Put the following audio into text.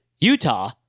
Utah